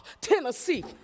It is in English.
Tennessee